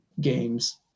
games